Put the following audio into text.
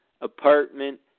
Apartment